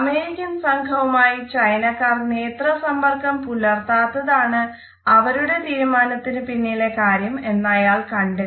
American സംഘവുമായി ചൈനക്കാർ നേത്ര സമ്പർക്കം പുലർത്താത്തതാണ് അവരുടെ തീരുമാനത്തിന് പിന്നിലെ കാര്യം എന്ന് അയാൾ കണ്ടെത്തി